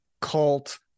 cult